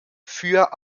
für